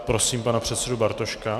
Prosím pana předsedu Bartoška.